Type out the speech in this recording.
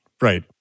Right